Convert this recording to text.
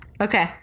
Okay